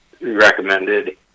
recommended